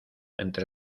entre